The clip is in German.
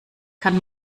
kann